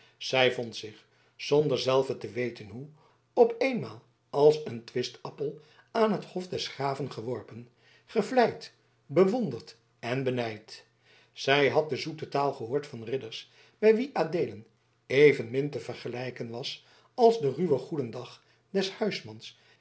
vond zich zonder zelve te weten hoe op eenmaal als een twistappel aan het hof des graven geworpen gevleid bewonderd en benijd zij had de zoete taal gehoord van ridders bij wie adeelen evenmin te vergelijken was als de ruwe goedendag des huismans